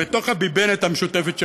בתוך ה"ביבנט" המשותפת שלהם,